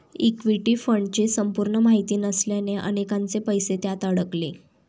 equity फंडची संपूर्ण माहिती नसल्याने अनेकांचे पैसे त्यात अडकले